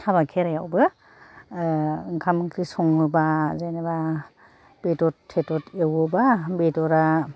हाबा खेराइयावबो ओह ओंखाम ओंख्रि सङोबा जेनोबा बेदत थेदत एवोबा बेदरा